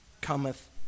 cometh